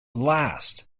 last